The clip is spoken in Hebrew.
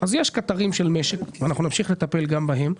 הקטרים של המשק שאנחנו נמשיך לטפל גם בהם,